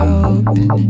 open